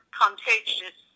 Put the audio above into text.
contagious